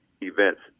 events